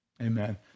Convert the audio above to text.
Amen